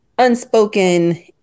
Unspoken